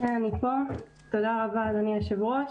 תודה רבה, אדוני היושב-ראש,